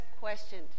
questioned